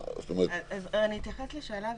אני אתייחס לשאלה הזאת,